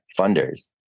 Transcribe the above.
funders